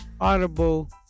Audible